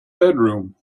bedroom